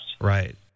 Right